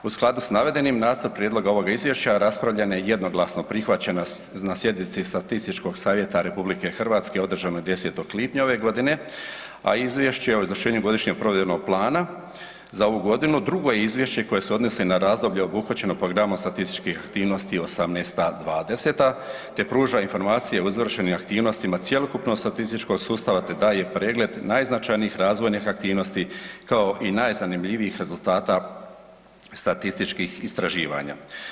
U skladu s navedenim nacrt prijedloga ovog izvješća raspravljen je i jednoglasno prihvaćen na sjednici statističkog savjeta RH održane 10. lipnja ove godine, a izvješće o izvršenju godišnjeg provedbenog plana za ovu godinu drugo je izvješće koje se odnosi na razdoblje obuhvaćeno programom statističkih aktivnosti '18.-'20. te pruža informacije o izvršenim aktivnostima cjelokupnog statističkog sustava te daje pregled najznačajnijih razvojnih aktivnosti kao i najzanimljivijih rezultata statističkih istraživanja.